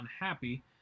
unhappy